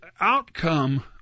outcome